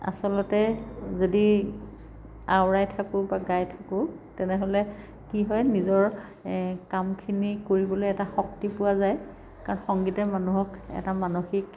আচলতে যদি আঁওৰাই থাকোঁ বা গাই থাকোঁ তেনেহ'লে কি হয় নিজৰ কামখিনি কৰিবলৈ এটা শক্তি পোৱা যায় কাৰণ সংগীতে মানুহক এটা মানসিক